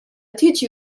tiġi